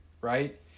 right